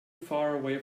faraway